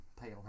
Pale